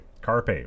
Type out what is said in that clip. Carpe